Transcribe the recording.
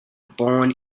born